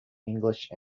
english